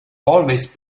always